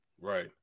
Right